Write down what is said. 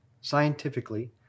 scientifically